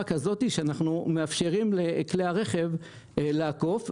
כך אנחנו מאפשרים לכלי הרכב לעקוף,